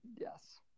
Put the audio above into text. Yes